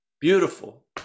beautiful